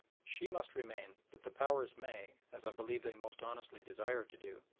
she must remain that the powers may, as i believe they most honestly desire to do,